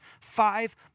five